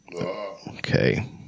Okay